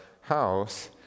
house